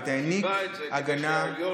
והעניק הגנה, גיבה את זה כדי שהעליון